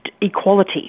equality